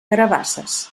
carabasses